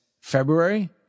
February